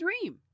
dream